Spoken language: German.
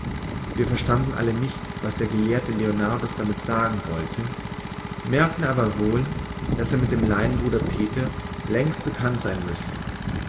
wir verstanden alle nicht was der gelehrte leonardus damit sagen wollte merkten aber wohl daß er mit dem laienbruder peter längst bekannt sein müsse